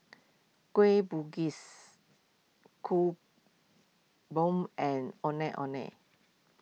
Kueh Bugis Kuih Bom and Ondeh Ondeh